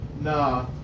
Nah